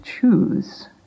choose